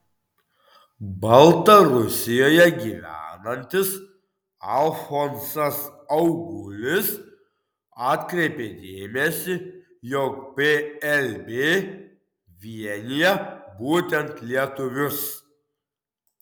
baltarusijoje gyvenantis alfonsas augulis atkreipė dėmesį jog plb vienija būtent lietuvius